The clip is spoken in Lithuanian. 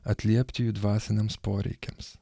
atliepti jų dvasiniams poreikiams